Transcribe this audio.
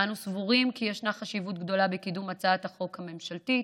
אנו סבורים כי ישנה חשיבות גדולה בקידום הצעת החוק הממשלתית,